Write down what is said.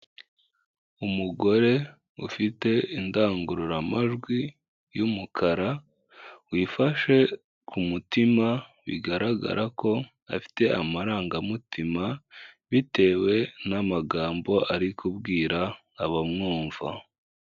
Umugore ufite indangururamajwi y'umukara, wifashe ku mutima bigaragara ko afite amarangamutima, bitewe n'amagambo ari kubwira abamwumva.